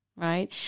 right